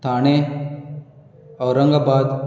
Thane Aurangabad